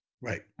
Right